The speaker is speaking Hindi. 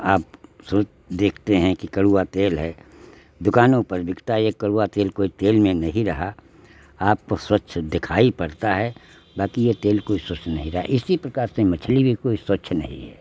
आप सोच देखते हैं कि कड़वा तेल है दुकानों पर बिकता है एक कड़वा तेल कोई तेल में नहीं रहा आपको स्वच्छ दिखाई पड़ता है बाकी यह तेल कोई स्वस्थ नहीं रहा इसी प्रकार से मछली भी कोई स्वच्छ नहीं है